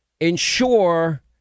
ensure